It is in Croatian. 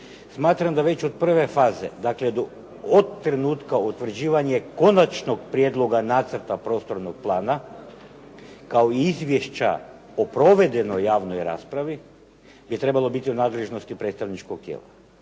Smatram da već od prve faze, dakle od trenutka utvrđivanja konačnog prijedloga nacrta prostornog plana kao i izvješća o provedenoj javnoj raspravi bi trebalo biti u nadležnosti predstavničkog tijela.